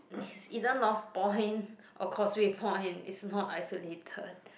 it's either Northpoint or Causeway Point it's not isolated